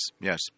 Yes